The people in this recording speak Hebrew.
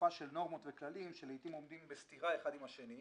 אסופה של נורמות וכללים שלעתים עומדים בסתירה אחד עם השני.